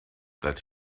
that